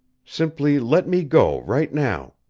simply let me go, right now.